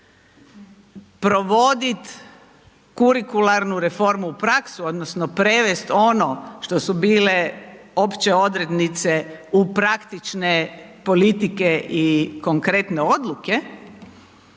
provodit kurikularnu reformu u praksu odnosno prevest ono što su bile opće odrednice u praktične politike i konkretne odluke,